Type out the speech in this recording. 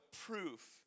proof